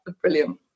brilliant